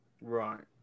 Right